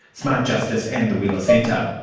smart justice and the wheeler centre.